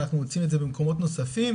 אנחנו מוצאים את זה במקומות נוספים,